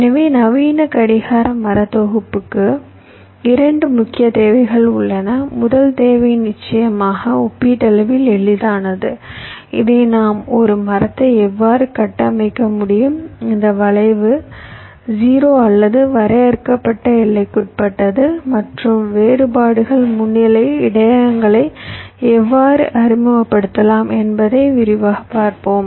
எனவே நவீன கடிகார மர தொகுப்புக்கு 2 முக்கிய தேவைகள் உள்ளன முதல் தேவை நிச்சயமாக ஒப்பீட்டளவில் எளிதானது இதை நாம் ஒரு மரத்தை எவ்வாறு கட்டமைக்க முடியும் இந்த வளைவு 0 அல்லது வரையறுக்கப்பட்ட எல்லைக்குட்பட்டது மற்றும் வேறுபாடுகள் முன்னிலையில் இடையகங்களை எவ்வாறு அறிமுகப்படுத்தலாம் என்பதை விரிவாகப் பார்ப்போம்